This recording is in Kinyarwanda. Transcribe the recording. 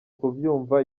kubyumva